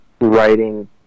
writing